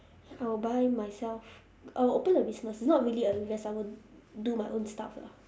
I will buy myself I will open a business not really a investment I will do my own stuff lah